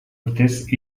urtez